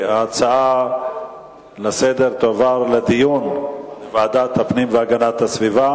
שההצעות לסדר-היום תועברנה לדיון לוועדת הפנים והגנת הסביבה.